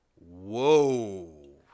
Whoa